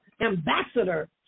Ambassador